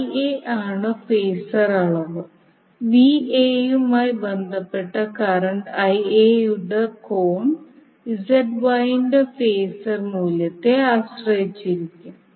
Va യുമായി ബന്ധപ്പെട്ട് current Ia യുടെ കോൺ ന്റെ ഫേസർ മൂല്യത്തെ ആശ്രയിച്ചിരിക്കും